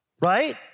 right